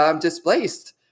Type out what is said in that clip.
Displaced